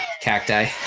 Cacti